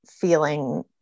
feeling